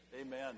Amen